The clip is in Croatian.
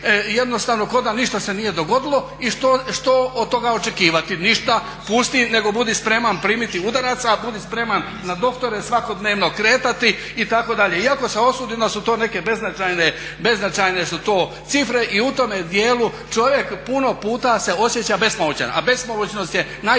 jednostavno ko da se ništa nije dogodilo i što od toga očekivati? Ništa. pusti nego budi spreman primiti udarac, a budi spreman na doktore svakodnevno kretati itd. iako … da su to neke beznačajne cifre i u tome dijelu čovjek se puno puta osjeća bespomoćno. A bespomoćnost je najteža